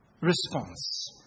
response